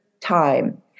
time